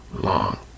long